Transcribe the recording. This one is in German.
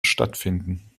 stattfinden